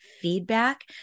feedback